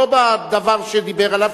לא בדבר שדיבר עליו,